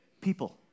People